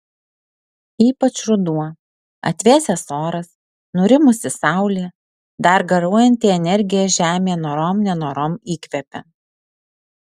ypač ruduo atvėsęs oras nurimusi saulė dar garuojanti energija žemė norom nenorom įkvepia